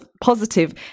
positive